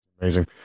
Amazing